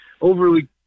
overly